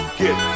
get